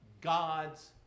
God's